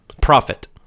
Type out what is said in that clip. Profit